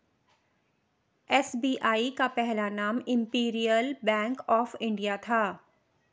SBI का पहला नाम इम्पीरीअल बैंक ऑफ इंडिया था